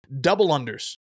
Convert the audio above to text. double-unders